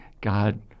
God